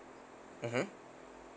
mmhmm